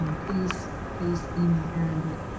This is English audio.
um please please email aaron. but